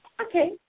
Okay